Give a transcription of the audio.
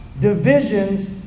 divisions